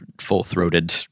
full-throated